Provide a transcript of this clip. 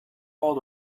old